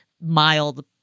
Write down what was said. mild